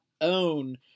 own